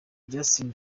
justin